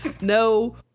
No